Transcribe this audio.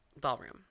ballroom